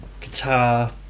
guitar